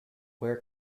where